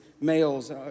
males